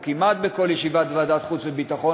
או כמעט בכל ישיבת ועדת החוץ והביטחון,